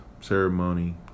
ceremony